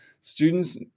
Students